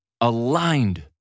aligned